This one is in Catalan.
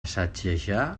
sacsejar